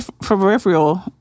peripheral